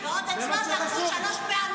כבוד היושב-ראש, כבוד השר,